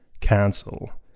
cancel